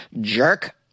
Jerk